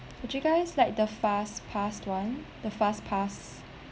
would you guys like the fast pass [one] the fast pass